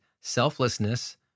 selflessness